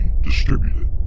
distributed